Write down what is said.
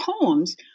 poems